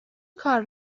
کار